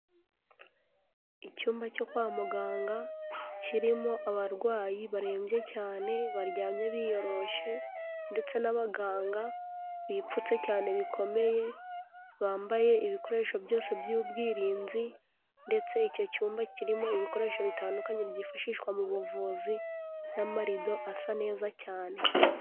Icyumba cyo kwa muganga kirimo abarwayi barembye cyane, baryamye biyoroshe ndetse n'abaganga bipfutse cyane bikomeye, bambaye ibikoresho byose by'ubwirinzi ndetse icyo cyumba kirimo ibikoresho bitandukanye byifashishwa mu buvuzi n'amarido asa neza cyane.